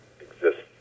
exists